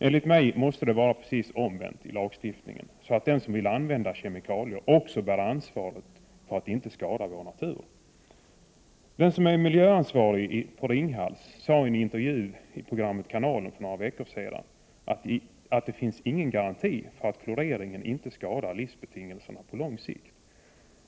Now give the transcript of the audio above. Enligt min uppfattning borde det vara precis omvänt i lagen, så att den som vill använda kemikalier också skall bära ansvaret för att inte skador inträffar på vår natur. Den som är miljöansvarig på Ringhals sade i en intervju i programmet Kanalen för några veckor sedan att det inte finns någon garanti för att kloreringen inte skadar livsbetingelserna på lång sikt.